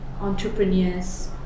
entrepreneurs